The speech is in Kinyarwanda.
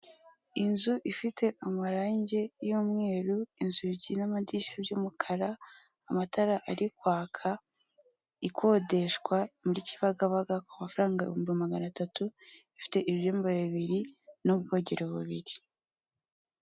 Inzu icuruza ibiribwa n'ibinyobwa harimo amata ya mukamira, hakaba harimo firigo ikonjesha ibyo kunywa twaramo umuntu w'umukiriya umaze kuyifata ibyo amaze kurya no kunywa agiye kwishyura yambaye ishati y'umakara rukara.